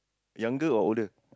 younger or older